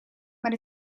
maar